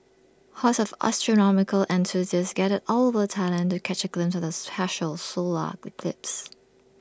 horses of astronomical enthusiasts gathered all over Thailand to catch A glimpse of the partial solar eclipse